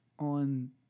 On